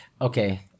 okay